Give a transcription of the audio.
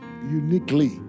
uniquely